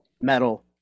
metal